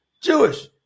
Jewish